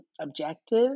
objective